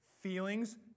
feelings